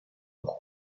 pour